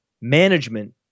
management